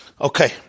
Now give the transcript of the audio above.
Okay